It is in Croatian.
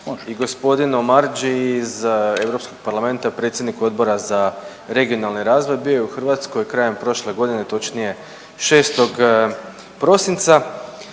i g. Omarjeeu iz Europskog parlamenta, predsjedniku Odbora za regionalni razvoj, bio je u Hrvatskoj krajem prošle godine, točnije 6. prosinca,